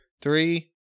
Three